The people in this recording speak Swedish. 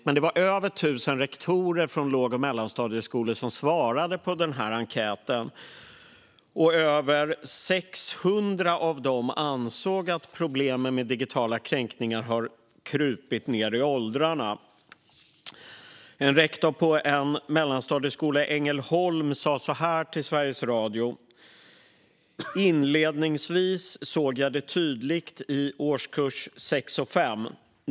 Men det var över tusen rektorer från låg och mellanstadieskolor som svarade på enkäten, och över 600 av dem ansåg att problemen med digitala kränkningar har krupit ned i åldrarna. En rektor på en mellanstadieskola i Ängelholm sa så här till Sveriges Radio: Inledningsvis såg jag det tydligt i årskurs 6 och 5.